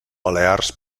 balears